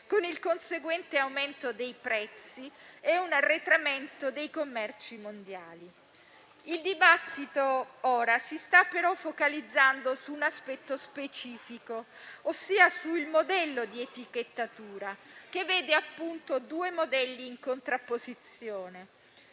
con il conseguente aumento dei prezzi ed un arretramento dei commerci mondiali. Il dibattito si sta però focalizzando su un aspetto specifico, ossia sul modello di etichettatura, che vede appunto due modelli in contrapposizione: